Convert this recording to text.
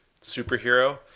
superhero